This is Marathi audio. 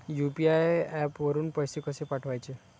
यु.पी.आय वरून पैसे कसे पाठवायचे?